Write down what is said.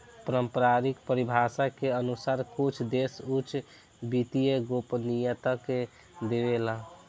पारम्परिक परिभाषा के अनुसार कुछ देश उच्च वित्तीय गोपनीयता भी देवेला